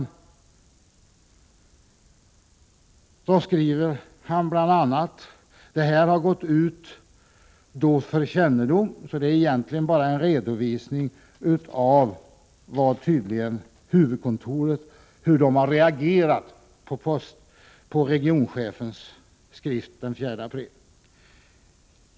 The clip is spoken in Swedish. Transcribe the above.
Detta brev har gått ut för kännedom, så det är egentligen bara en redovisning av hur huvudkontoret har reagerat på regionchefens skrift den 4 april.